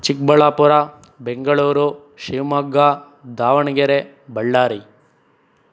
Chikkaballapur Bengaluru Shivamogga Davanagere Ballari